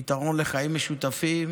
פתרון לחיים משותפים